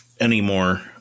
anymore